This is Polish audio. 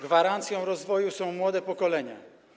Gwarancją rozwoju są młode pokolenia.